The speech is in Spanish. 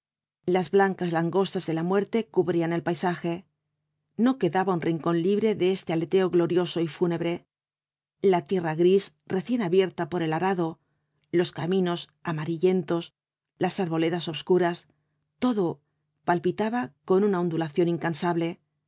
las blancas langostas de la muerte cubrían el paisaje no quedaba un rincón libre de este aleteo glorioso y fúnebre la tierra gris recién abierta por el arado los caminos amarillentos las arboledas obscuras todo palpitaba con una ondulación incansable el